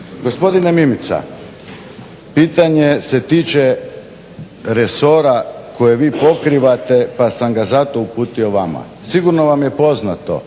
Gospodine Mimica, pitanje se tiče resora koje vi pokrivate pa sam ga zato uputio vama. Sigurno vam je poznato